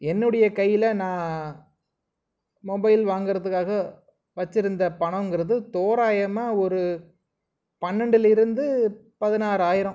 என்னுடைய கையில் நான் மொபைல் வாங்கிறத்துக்காக வச்சுருந்த பணங்கிறது தோராயமாக ஒரு பன்னென்டுலேருந்து பதினாறாயிரம்